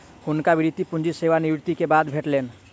हुनका वृति पूंजी सेवा निवृति के बाद भेटलैन